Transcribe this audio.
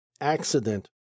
accident